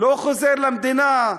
לא חוזר למדינה.